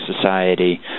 Society